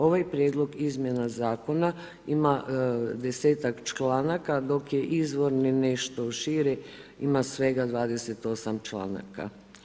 Ovaj prijedlog izmjena zakona ima desetak članaka dok je izvorni nešto širi, ima svega 28 članaka.